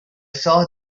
saw